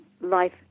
life